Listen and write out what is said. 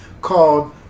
Called